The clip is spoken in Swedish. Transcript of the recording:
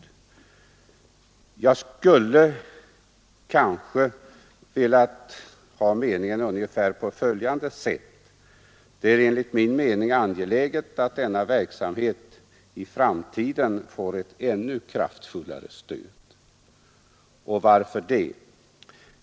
Men jag skulle kanske ändå ha önskat att meningen varit formulerad på följande sätt: ”Det är enligt min mening angeläget att denna verksamhet i framtiden får ett ännu kraftfullare stöd.” Och varför det?